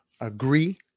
Agree